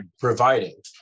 providing